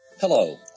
Hello